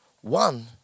one